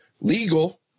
legal